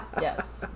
Yes